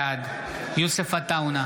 בעד יוסף עטאונה,